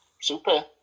super